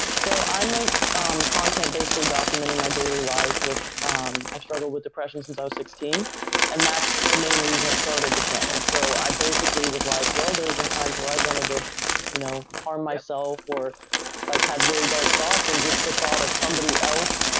so, i make content basically documenting my daily life, um i've struggled with depression since i was sixteen and that's the main reason i started the channel. so i basically was like, well there have been times where i've wanted to you know harm myself or like had really dark thoughts and just the thought of somebody else,